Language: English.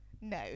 No